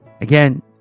again